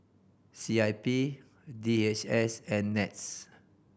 C I P D H S and NETS